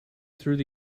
through